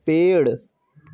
पेड़